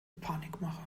panikmache